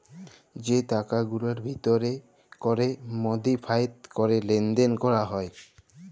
যে টাকাগুলার ভিতর ক্যরে মডিফায়েড ক্যরে লেলদেল ক্যরা হ্যয়